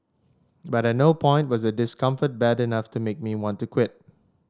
but at no point was a discomfort bad enough to make me want to quit